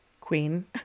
queen